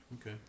Okay